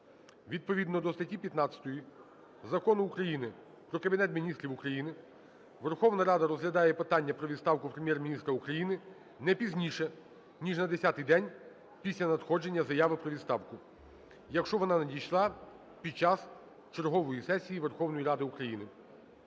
Відповідно до статті 15 Закону України "Про Кабінет Міністрів України" Верховна Рада розглядає питання про відставку Прем'єр-міністра України не пізніше, ніж на десятий день після надходження заяви про відставку, якщо вона надійшла під час чергової сесії Верховної Ради України.